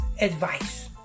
advice